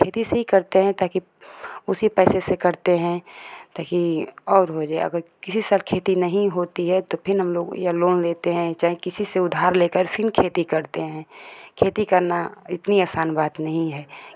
खेती से ही करते हैं ताकि उसी पैसे से करते हैं ताकी और हो जाए अगर किसी साल खेती नहीं होती है तो फिर हम लोग या लोन लेते हैं चाहे किसी से उधार लेकर फिर खेती करते हैं खेती करना इतनी आसान बात नहीं है